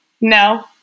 no